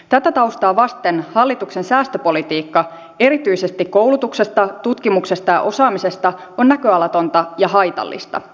tätä taustaa vasten hallituksen säästöpolitiikka erityisesti koulutuksesta tutkimuksesta ja osaamisesta on näköalatonta ja haitallista